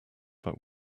but